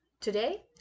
Today